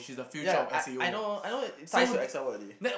ya I I know I know it ties to Excel already